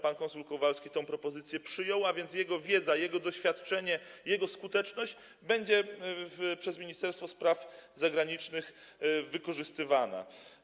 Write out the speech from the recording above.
Pan konsul Kowalski tę propozycję przyjął, a więc jego wiedza, doświadczenie, jego skuteczność będą przez Ministerstwo Spraw Zagranicznych wykorzystywane.